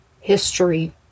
history